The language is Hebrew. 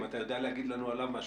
אם אתה יודע להגיד לנו עליו משהו.